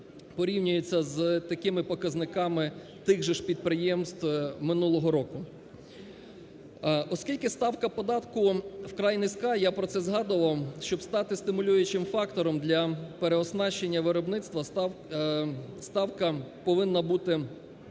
порівнюється з такими показниками тих же підприємств минулого року? Оскільки ставка податку вкрай низька, я про це згадував, щоб стати стимулюючим фактором для переоснащення виробництва, ставка повинна бути збільшена